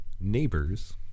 Neighbors